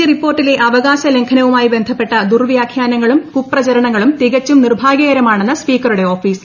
G റിപ്പോർട്ടിലെ അവകാശ ലംഘനവുമായി ബന്ധപ്പെട്ട ദുർവ്യാഖ്യാനങ്ങളും കുപ്രചരണങ്ങളും തികച്ചും നിർഭാഗൃകരമാണെന്ന് സ്പീക്കറുടെ ഓഫീസ്